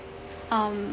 um